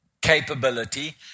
capability